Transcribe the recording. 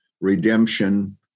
redemption